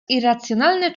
irracjonalne